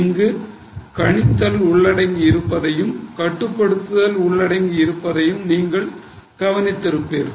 இங்கு கணித்தல் உள்ளடங்கி இருப்பதையும் கட்டுப்படுத்த உள்ளடங்கி இருப்பதையும் நீங்கள் கவனித்திருப்பீர்கள்